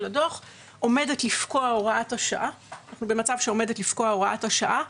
אנחנו במצב שבו עומדת לפקוע הוראת השעה,